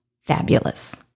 fabulous